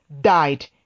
died